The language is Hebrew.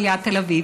עיריית תל אביב.